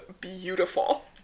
beautiful